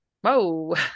whoa